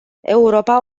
europa